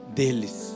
deles